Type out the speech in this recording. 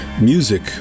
music